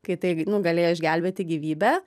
kai tai nu galėjo išgelbėti gyvybę